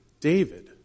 David